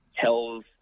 tells